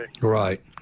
Right